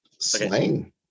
slang